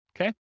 Okay